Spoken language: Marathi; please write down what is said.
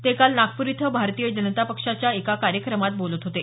ते काल नागपूर इथं भारतीय जनता पक्षाच्या एका कार्यक्रमात बोलत होते